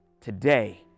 Today